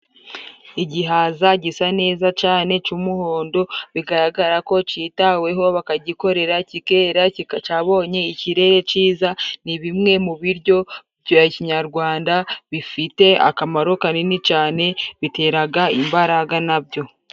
Igihaza gisa neza cane c'umuhondo, bigaragara ko citaweho, bakagikorera, kikera, cabonye ikirere ciza. Ni bimwe mu biryo bya kinyarwanda bifite akamaro kanini cane biteraga imbaraga na byo.